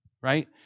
right